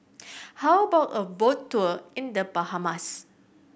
how about a boat tour in The Bahamas